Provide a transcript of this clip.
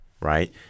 right